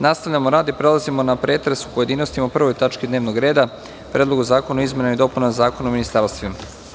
Nastavljamo rad i prelazimo na pretres u pojedinostima o 1. tački dnevnog reda Predlogu zakona o izmenama i dopunama Zakona o ministarstvima.